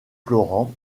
florent